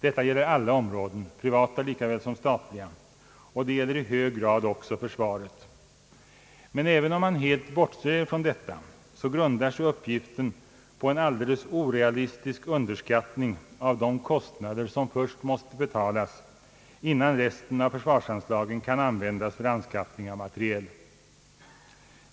Detta gäller alla områden, privata likaväl som statliga, och det gäller i hög grad också försvaret. Men även om man skulle bortse helt från detta, grundar sig uppgiften på en alldeles orealistisk underskattning av de kostnader som först måste betalas innan resten av försvarsanslagen kan användas för anskaffning av materiel.